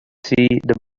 the